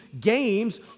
games